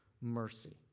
mercy